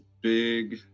big